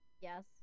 Yes